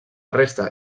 resta